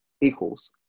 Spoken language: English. equals